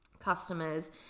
customers